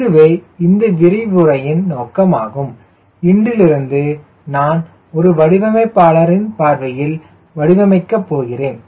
இதுவே இந்த விரிவுரையின் நோக்கம் ஆகும் இன்றிலிருந்து நான் ஒரு வடிவமைப்பாளரின் பார்வையில் வடிவமைக்க போகிறோம்